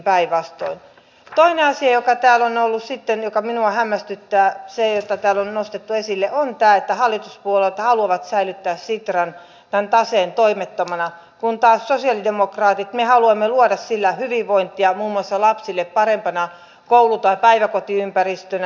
toinen asia joka täällä on ollut sitten joka minua hämmästyttää jota täällä on nostettu esille on tämä että hallituspuolueet haluavat säilyttää sitran taseen toimettomana kun taas me sosialidemokraatit haluamme luoda sillä hyvinvointia muun muassa lapsille parempana koulu tai päiväkotiympäristönä